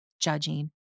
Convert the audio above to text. judging